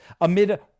amid